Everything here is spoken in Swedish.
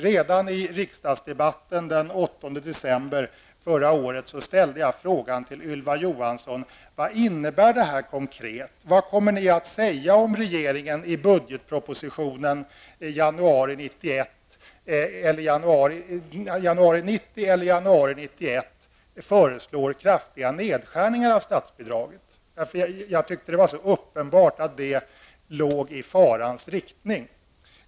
Redan i en riksdagsdebatt den 8 december förra året ställde jag frågan till Ylva Johansson om vad detta innebär konkret och vad man kommer att säga om regeringen i budgetpropositionen i januari 1990 eller januari 1991 föreslår kraftiga nedskärningar av statsbidraget. Jag tyckte att det var så uppenbart att det låg i farans riktning.